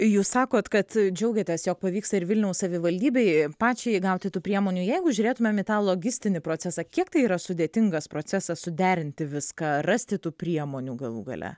jūs sakot kad džiaugiatės jog pavyksta ir vilniaus savivaldybei pačiai gauti tų priemonių jeigu žiūrėtumėm į tą logistinį procesą kiek tai yra sudėtingas procesas suderinti viską rasti tų priemonių galų gale